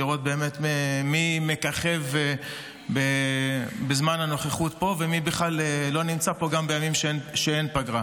לראות מי מככב בזמן הנוכחות פה ומי בכלל לא נמצא פה גם בימים שאין פגרה.